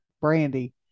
Brandy